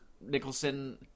Nicholson